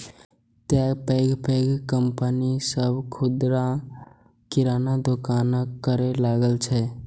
तें पैघ पैघ कंपनी सभ खुदरा किराना दोकानक करै लागल छै